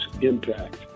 impact